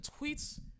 tweets